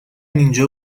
اینجا